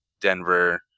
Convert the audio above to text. Denver